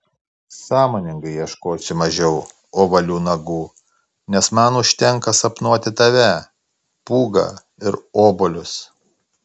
sąmoningai ieškosiu mažiau ovalių nagų nes man užtenka sapnuoti tave pūgą ir obuolius